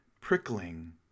prickling